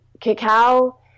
Cacao